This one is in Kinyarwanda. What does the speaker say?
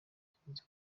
nzabigenza